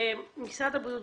משרד הבריאות,